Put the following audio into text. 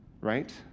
right